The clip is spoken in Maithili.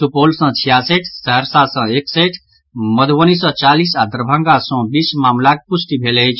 सुपौल सँ छियासठि सहरसा सँ एकसठि मधुबनी सँ चालीस आ दरभंगा सँ बीस मामिलाक पुष्टि भेल अछि